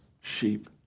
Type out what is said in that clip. sheep